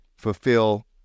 fulfill